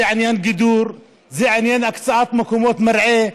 זה עניין גידור, זה עניין הקצאת מקומות מרעה.